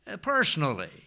personally